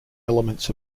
elements